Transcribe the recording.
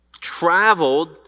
traveled